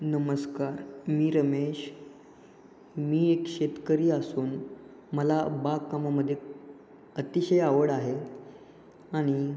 नमस्कार मी रमेश मी एक शेतकरी असून मला बागकामामध्ये अतिशय आवड आहे आणि